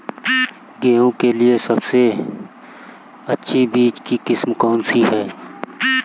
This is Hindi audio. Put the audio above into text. गेहूँ के लिए सबसे अच्छी बीज की किस्म कौनसी है?